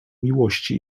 miłości